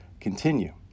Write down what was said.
continue